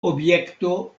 objekto